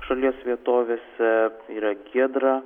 šalies vietovėse yra giedra